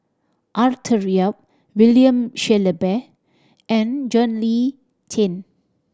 Arthur Yap William Shellabear and John Le Cain